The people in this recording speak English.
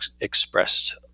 expressed